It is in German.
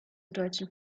deutschen